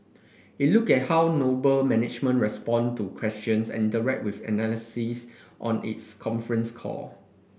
it looked at how Noble management responded to questions and interacted with analysis on its conference call